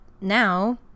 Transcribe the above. now